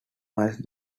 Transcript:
miles